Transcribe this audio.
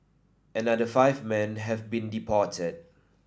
another five men have been deported